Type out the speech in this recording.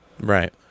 right